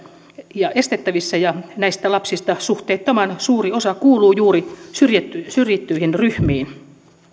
ja estettävissä ja näistä lapsista suhteettoman suuri osa kuuluu juuri syrjittyihin syrjittyihin ryhmiin